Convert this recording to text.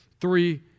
three